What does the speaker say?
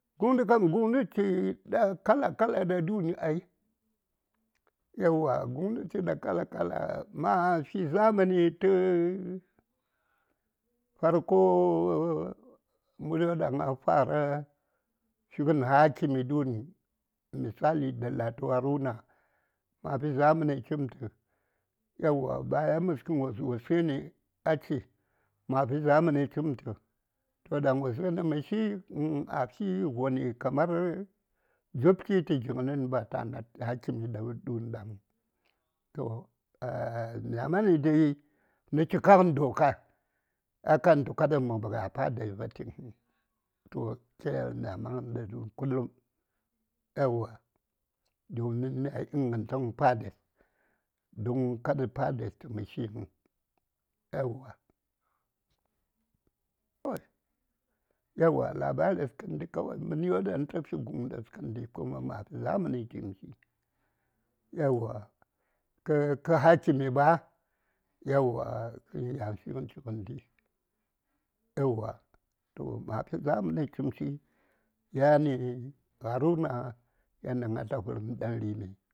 ﻿Guŋdə kam guŋdə chiɗa kalakala ɗa ɗuni ai aeywa guŋdə chiɗa kalakala ma fi zamani tə farko muryo ɗaŋ a fara figən hakimi ɗu:n misali dallatu Haruna mafi zamani chimtə aeywa baya məskən wos Wussaini a chimafi zamani chimtə toh daŋ wussaini məshi gən a fi voni kamar dzub tliti ba ta nad hakimi ɗa ɗu:n ɗaŋ toh mya mani dai nə chika ŋən doka akantu kada mə ga padas vati həŋ toh kya yel mya magən ɗa ɗu:n kullum aeywa domin mya igantani padas don kaɗa padas tə məshi həŋ aeywa oi aeywa labares kəndi kawai mənyo ɗaŋ tə fi guŋdəs kəndi kuma ma fi zamani chimshi aeyauwa kə kə hakimi ba aeyauwa yaŋshi gənchi gəndi aeywa toh ma fi zamani chimshi yani Haruna yani gən ata vərəm danrimi.